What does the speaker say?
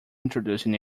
introducing